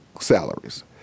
salaries